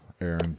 aaron